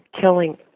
killing